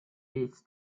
meets